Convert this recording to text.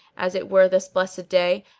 as it were this blessed day,